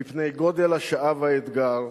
מפני גודל השעה והאתגר,